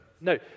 no